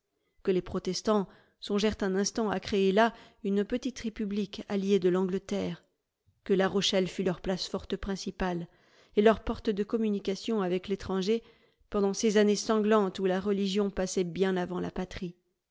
que les protestants songèrent un instant à créer là une petite république alliée de l'angleterre que la rochelle fut leur place forte principale et leur porte de communication avec l'étranger pendant ces années sanglantes où la religion passait bien avant la patrie